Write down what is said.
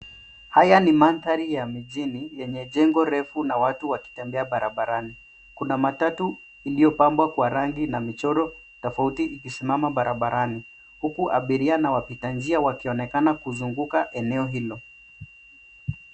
Haya ni mandhari ya mijini yenye jengo refu na watu wakitembea barabarani. Kuna matatu iliyopambwa kwa rangi na michoro tofauti ikisimama barabarani, huku wapita njia wakionekana kuzunguka eneo hilo.